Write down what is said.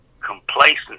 complacency